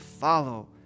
follow